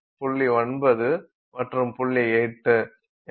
எனவே 1